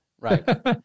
Right